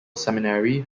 seminary